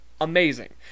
amazing